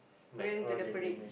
went to the parade